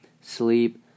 sleep